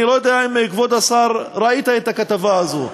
אני לא יודע אם, כבוד השר, ראית את הכתבה הזו.